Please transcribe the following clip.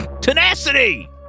Tenacity